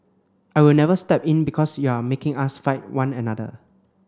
I will never step in because you are making us fight one another